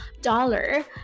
dollar